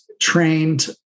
trained